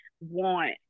want